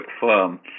firm